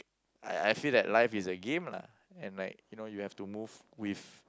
I feel that life is a game lah and like you know you have to move with